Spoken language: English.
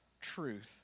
truth